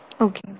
okay